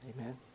Amen